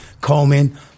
Coleman